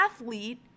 athlete